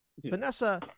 Vanessa